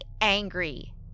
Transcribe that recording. angry